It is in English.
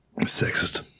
Sexist